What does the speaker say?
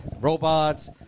robots